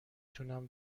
تونم